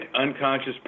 unconscious